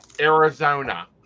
Arizona